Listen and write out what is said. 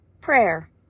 Prayer